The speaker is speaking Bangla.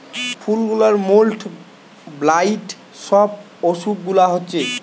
ফুল গুলার মোল্ড, ব্লাইট সব অসুখ গুলা হচ্ছে